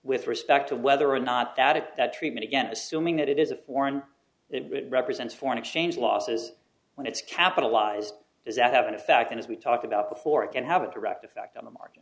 with respect to whether or not that it that treatment again assuming that it is a foreign it represents foreign exchange losses when it's capitalized does that have been a factor as we talked about before it can have a direct effect on the market